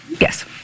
Yes